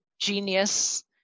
genius